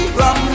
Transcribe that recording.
run